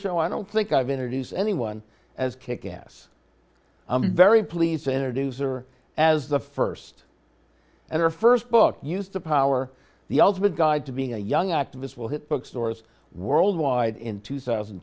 so i don't think i've introduced anyone as kick ass i'm very pleased to introduce her as the st and her st book used to power the ultimate guide to being a young activists will hit bookstores worldwide in two thousand